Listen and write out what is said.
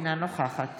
אינה נוכחת